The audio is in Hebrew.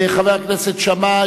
חבר הכנסת שאמה,